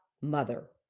mother